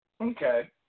Okay